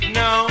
no